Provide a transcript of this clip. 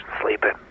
sleeping